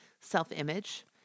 self-image